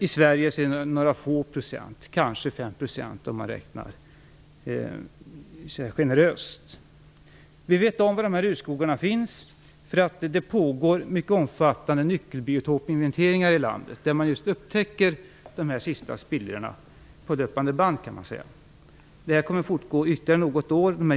I Sverige är några få procent orörda, kanske 5 % om man räknar generöst. Vi vet var dessa urskogar finns. Det pågår mycket omfattande nyckelbiotopinventeringar i landet. Där upptäcker man just dessa sista spillror på löpande band. Dessa inventeringar kommer att fortgå ytterligare något år.